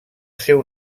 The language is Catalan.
seu